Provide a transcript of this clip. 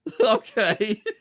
Okay